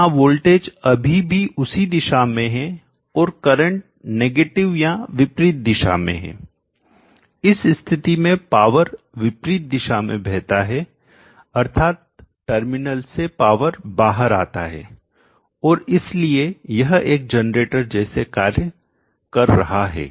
यहां वोल्टेज अभी भी उसी दिशा में है और करंट नेगेटिव ऋणात्मक या विपरीत दिशा में हे इस स्थिति में पावर विपरीत दिशा में बहता है अर्थात टर्मिनल से पावर बाहर आता है और इसलिए यह एक जनरेटर जैसे कार्य कर रहा है